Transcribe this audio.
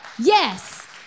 Yes